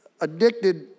addicted